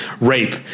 rape